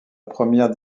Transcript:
première